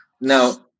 Now